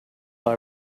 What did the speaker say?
that